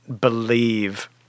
believe